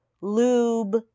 lube